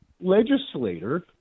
legislator